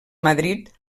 madrid